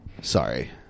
Sorry